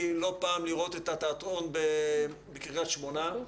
לא פעם לראות את התיאטרון בקרית שמונה,